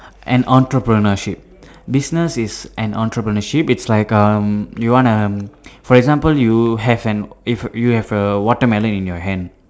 an entrepreneurship business is an entrepreneurship it's like um you wanna um for example you have an if you have a watermelon in your hand